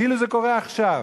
כאילו זה קורה עכשיו.